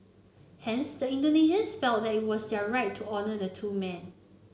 hence the Indonesians felt that it was their right to honour the two men